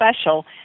special